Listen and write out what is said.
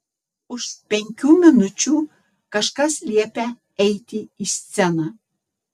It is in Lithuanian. už penkių minučių kažkas liepia eiti į sceną